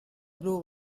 blue